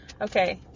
Okay